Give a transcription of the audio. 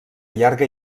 llarga